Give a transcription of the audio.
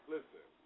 Listen